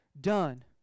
done